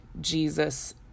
Jesus